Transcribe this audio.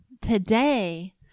today